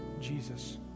Jesus